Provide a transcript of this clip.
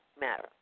matter